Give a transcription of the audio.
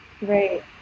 Right